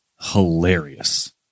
hilarious